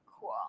cool